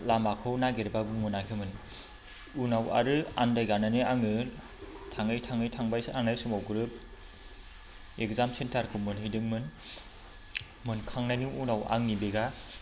लामाखौ नागिरब्लाबो मोनाखैमोन उनाव आरो आन्दायगानानै आङो थाङै थाङै थांबाय थांनाय समाव ग्रोब एक्जाम सेन्टारखौ मोनहैदोंमोन मोनखांनायनि उनाव आंनि बेगआ